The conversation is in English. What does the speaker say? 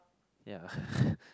ya